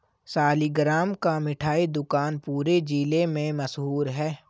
सालिगराम का मिठाई दुकान पूरे जिला में मशहूर है